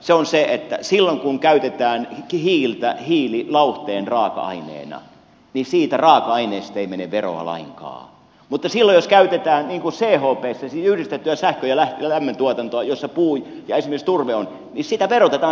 se on se että silloin kun käytetään hiiltä hiililauhteen raaka aineena siitä raaka aineesta ei mene veroa lainkaan mutta silloin jos käytetään chptä siis yhdistettyä sähkön ja lämmöntuotantoa jossa puu ja esimerkiksi turve ovat sitä raaka ainetta verotetaan